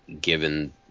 given